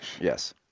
Yes